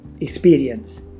Experience